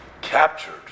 captured